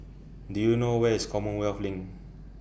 Do YOU know Where IS Commonwealth LINK